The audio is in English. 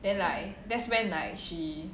then like that's when like she